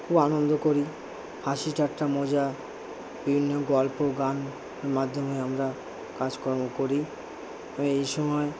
খুব আনন্দ করি হাসি ঠাট্টা মজা বিভিন্ন গল্প গান মাধ্যমে আমরা কাজকর্ম করি এই সময়